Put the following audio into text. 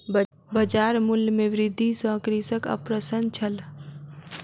बजार मूल्य में वृद्धि सॅ कृषक अप्रसन्न छल